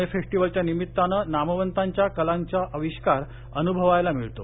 पुणेफेस्टिवलच्या निमित्तान नामवताच्या कलाचा आविष्कार अनुभवायला मिळतो